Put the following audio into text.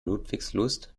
ludwigslust